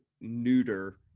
neuter